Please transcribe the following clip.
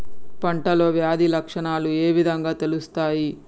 పంటలో వ్యాధి లక్షణాలు ఏ విధంగా తెలుస్తయి?